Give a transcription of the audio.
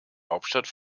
hauptstadt